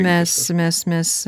mes mes mes